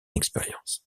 expérience